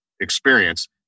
experience